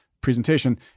presentation